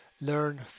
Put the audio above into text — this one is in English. Learn